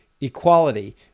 equality